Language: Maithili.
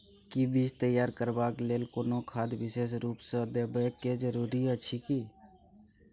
कि बीज तैयार करबाक लेल कोनो खाद विशेष रूप स देबै के जरूरी अछि की?